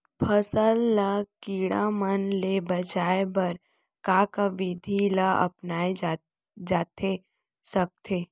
फसल ल कीड़ा मन ले बचाये बर का का विधि ल अपनाये जाथे सकथे?